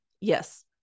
yes